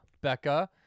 Becca